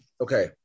okay